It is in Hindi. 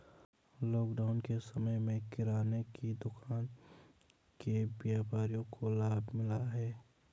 लॉकडाउन के समय में किराने की दुकान के व्यापारियों को लाभ मिला है